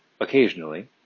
occasionally